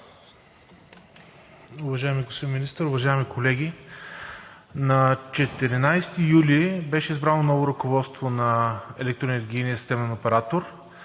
Уважаеми господин Министър, уважаеми колеги! На 14 юли беше избрано ново ръководство на Електроенергийния системен оператор.